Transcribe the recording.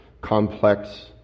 complex